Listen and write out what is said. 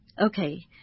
Okay